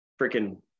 freaking